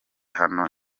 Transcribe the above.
hano